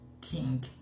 king